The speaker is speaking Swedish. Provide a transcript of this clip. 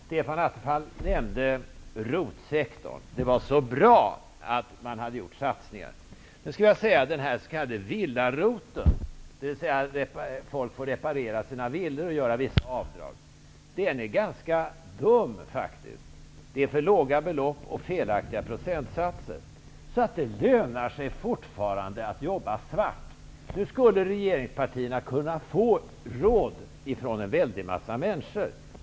Stefan Attefall nämnde ROT-sektorn och att det var så bra att man hade gjort satsningar. Den s.k. villa-ROT som innebär att folk får reparera sina villor och göra vissa avdrag är faktiskt ganska dum. Det är för låga belopp, och procentsatserna är felaktiga. Det lönar sig fortfarande att jobba svart. Regeringspartierna skulle kunna få råd ifrån väldigt många människor.